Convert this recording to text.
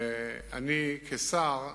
אני כשר,